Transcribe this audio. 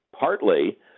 Partly